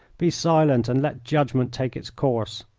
be silent and let judgment take its course.